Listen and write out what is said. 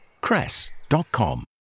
cress.com